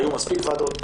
היו מספיק ועדות,